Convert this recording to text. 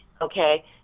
Okay